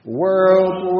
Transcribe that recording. world